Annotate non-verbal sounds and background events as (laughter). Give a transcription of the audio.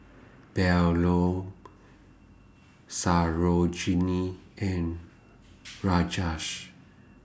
Bellur Sarojini and (noise) Rajesh